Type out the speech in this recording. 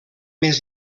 més